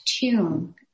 tune